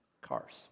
Cars